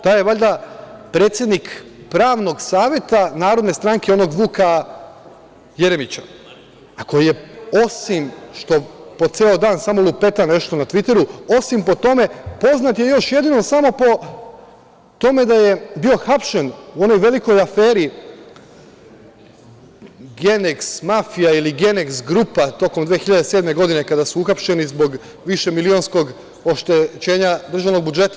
Taj je valjda predsednik pravnog saveta Narodne stranke onog Vuka Jeremića, koji je, osim što po ceo dan samo lupeta nešto na tviteru, osim po tome, poznat je još jedino samo po tome da je bio hapšen u onoj velikoj aferi Geneks mafija ili Geneks grupa tokom 2007. godine, kada su uhapšeni zbog višemilionskog oštećenja državnog budžeta.